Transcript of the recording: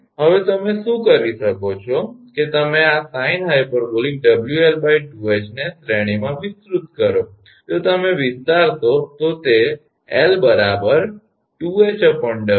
હવે તમે શું કરી શકો છો કે તમે આ sinh𝑊𝐿2𝐻 ને શ્રેણીમાં વિસ્તૃત કરો જો તમે વિસ્તારશો તો તે 𝑙 2𝐻𝑊11